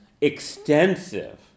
extensive